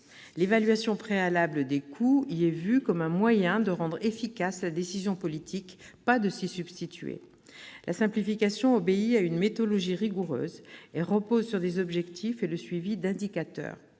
L'évaluation préalable des coûts y est perçue comme un moyen de rendre efficace la décision politique, pas de s'y substituer. La simplification obéit à une méthodologie rigoureuse et repose sur des objectifs et le suivi d'indicateurs.